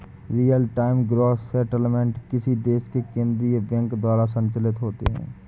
real time gross settlement किसी देश के केन्द्रीय बैंक द्वारा संचालित होते हैं